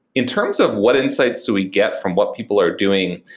in terms of what insights do we get from what people are doing.